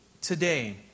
Today